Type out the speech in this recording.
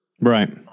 Right